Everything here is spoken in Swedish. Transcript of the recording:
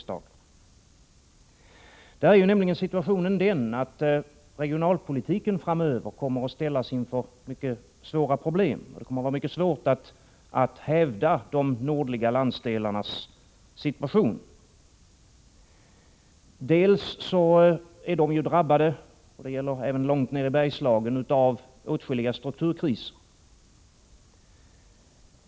Situationen är nämligen den, att regionalpolitiken framöver kommer att ställas inför svåra problem. Det kommer att vara mycket svårt att hävda de nordliga landsdelarnas ställning. De är ju drabbade av åtskilliga strukturkriser — och det gäller långt ner i Bergslagen.